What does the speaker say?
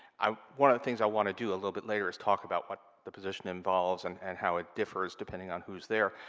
one of the things i wanna do a little bit later is talk about what the position involves and and how it differs depending on who's there.